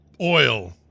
oil